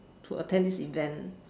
to attend this event